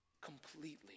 Completely